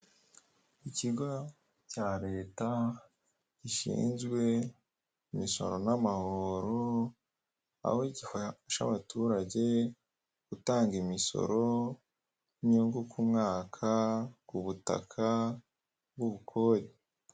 Iri iduka ricururizwamo ibintu bigiye bitandukanye harimo ibitenge abagore bambara bikabafasha kwirinda kugaragaza ubwambure bwabo.